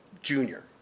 junior